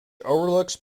overlooks